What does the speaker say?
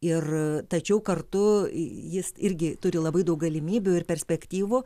ir tačiau kartu jis irgi turi labai daug galimybių ir perspektyvų